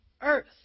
earth